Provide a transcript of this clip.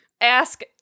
Ask